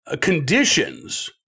conditions